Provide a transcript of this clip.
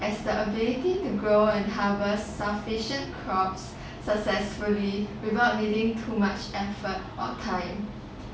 as the ability to grow and harvest sufficient crops successfully without giving too much effort or time